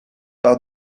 par